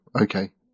okay